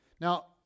Now